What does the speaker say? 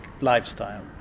lifestyle